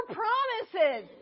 promises